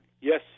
Yes